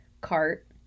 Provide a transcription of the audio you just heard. cart